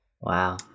Wow